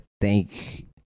thank